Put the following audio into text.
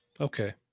Okay